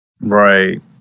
Right